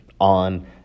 on